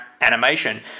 animation